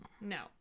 No